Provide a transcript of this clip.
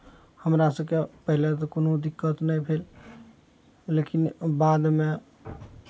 हमरा सभकेँ पहिले तऽ कोनो दिक्कत नहि भेल लेकिन बादमे